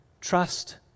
Trust